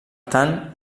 tant